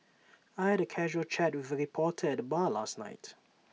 I had A casual chat with A reporter at the bar last night